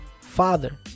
Father